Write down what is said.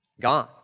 Gone